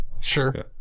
sure